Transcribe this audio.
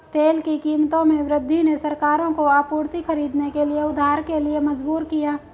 तेल की कीमतों में वृद्धि ने सरकारों को आपूर्ति खरीदने के लिए उधार के लिए मजबूर किया